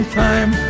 time